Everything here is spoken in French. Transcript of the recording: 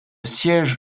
siège